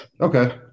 Okay